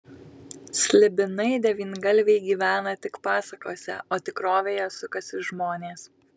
slibinai devyngalviai gyvena tik pasakose o tikrovėje sukasi žmonės